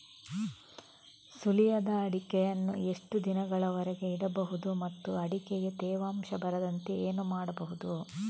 ಸುಲಿಯದ ಅಡಿಕೆಯನ್ನು ಎಷ್ಟು ದಿನಗಳವರೆಗೆ ಇಡಬಹುದು ಮತ್ತು ಅಡಿಕೆಗೆ ತೇವಾಂಶ ಬರದಂತೆ ಏನು ಮಾಡಬಹುದು?